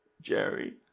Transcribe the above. Jerry